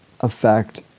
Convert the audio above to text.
affect